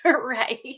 right